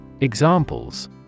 Examples